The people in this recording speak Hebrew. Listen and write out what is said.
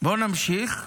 בואו נמשיך.